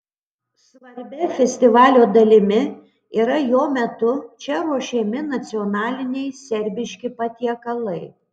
svarbia festivalio dalimi yra jo metu čia ruošiami nacionaliniai serbiški patiekalai